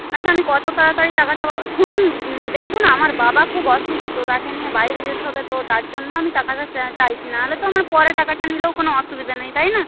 আচ্ছা আমি কত তাড়াতাড়ি টাকাটা পাব শুনুন দেখুন আমার বাবা খুব অসুস্থ তাকে নিয়ে বাইরে যেতে হবে তো তার জন্য আমি টাকাটা চা চাইছি না হলে তো আমার পরে টাকাটা নিলেও কোনো অসুবিধা নেই তাই না